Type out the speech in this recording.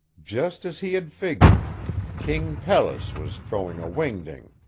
just as he had figured king pelles was throwing a whingding.